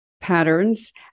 patterns